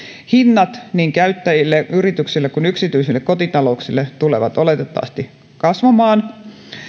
hinnat käyttäjille niin yrityksille kuin yksityisille kotitalouksille tulevat oletettavasti kasvamaan